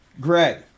Greg